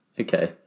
Okay